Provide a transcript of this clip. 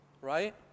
right